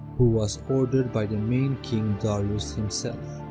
who was ordered by the main king darius himself.